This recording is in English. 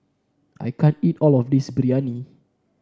I can't eat all of this Biryani